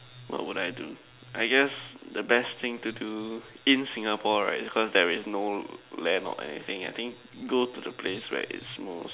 what would I do I guess the best thing to do in Singapore right cause there is no land or anything I think go to the place where it's more